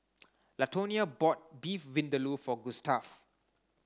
Latonia bought Beef Vindaloo for Gustaf